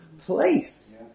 place